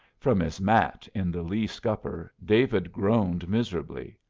from his mat in the lee scupper david groaned miserably.